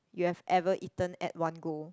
you have ever eaten at one go